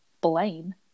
Blaine